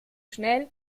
schnell